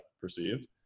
perceived